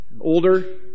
older